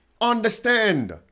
understand